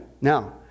now